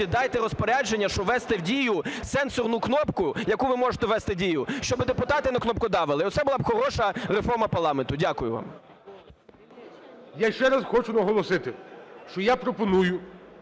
дайте розпорядження, щоб ввести в дію сенсорну кнопку, яку ви можете ввести в дію, щоби депутати не кнопкодавили. Оце була б хороша реформа парламенту. Дякую вам. ГОЛОВУЮЧИЙ. Я ще раз хочу наголосити, що я пропоную,